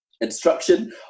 instruction